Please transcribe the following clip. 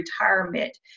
retirement